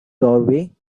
doorway